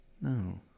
No